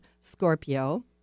Scorpio